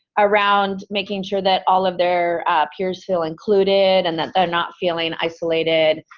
around making sure that all of their peers feel included, and that they're not feeling isolated.